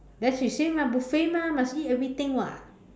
then she say mah buffet mah must eat everything [what]